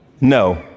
No